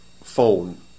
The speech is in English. phone